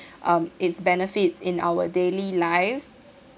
um its benefits in our daily lives